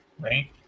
Right